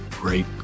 great